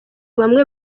bamwe